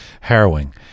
harrowing